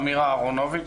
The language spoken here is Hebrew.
אמירה אהרונוביץ',